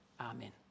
Amen